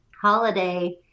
holiday